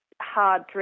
hard